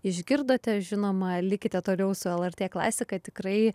išgirdote žinoma likite toliau su lrt klasika tikrai